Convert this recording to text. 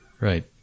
Right